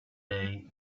day